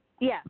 Yes